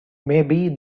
maybe